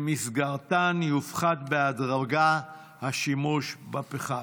שבמסגרתן יופחת בהדרגה השימוש בפחם.